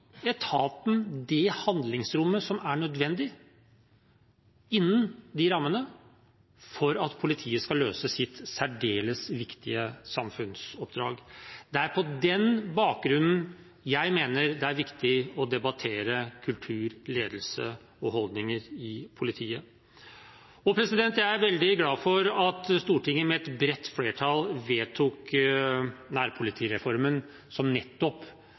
etaten det handlingsrommet som er nødvendig innenfor de rammene for at politiet skal løse sitt særdeles viktige samfunnsoppdrag. Det er på den bakgrunnen jeg mener det er viktig å debattere kultur, ledelse og holdninger i politiet. Jeg er også veldig glad for at Stortinget med et bredt flertall vedtok nærpolitireformen som nettopp